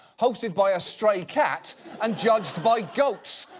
hosted by a stray cat and judged by goats.